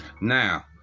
Now